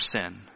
sin